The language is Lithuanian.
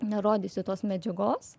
nerodysiu tos medžiagos